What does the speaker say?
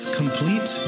complete